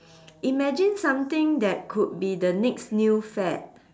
imagine something that could be the next new fad